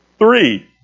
Three